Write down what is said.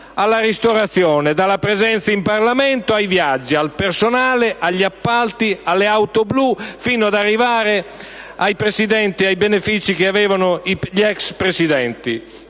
alla ristorazione, dalla presenza in Parlamento ai viaggi, al personale, agli appalti e alle auto blu, fino ad arrivare ai Presidenti e ai benefici che avevano gli ex Presidenti.